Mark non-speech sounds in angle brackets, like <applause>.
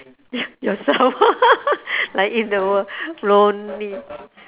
yourself <laughs> like in the world lonely